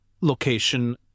location